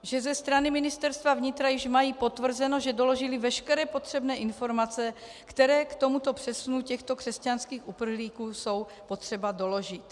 že ze strany Ministerstva vnitra již mají potvrzeno, že doložili veškeré potřebné informace, které k přesunu těchto křesťanských uprchlíků jsou potřeba doložit.